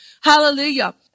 hallelujah